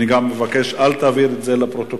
אני גם מבקש, אל תעביר את זה לפרוטוקול,